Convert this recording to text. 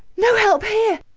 no help here.